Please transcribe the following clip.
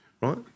right